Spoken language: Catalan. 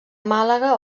màlaga